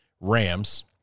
Rams